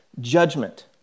judgment